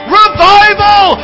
revival